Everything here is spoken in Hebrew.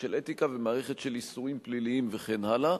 של אתיקה ומערכת של איסורים פליליים וכן הלאה,